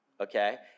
okay